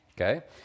Okay